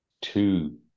two